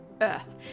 Earth